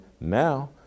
Now